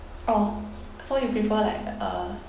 orh so you prefer like uh